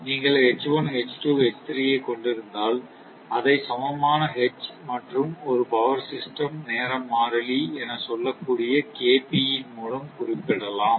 நீங்கள் ஐ கொண்டிருந்தால் அதை சமமான H மற்றும் ஒரு பவர் சிஸ்டம் நேர மாறிலி என சொல்லக் கூடிய KP ன் மூலம் குறிப்பிடலாம்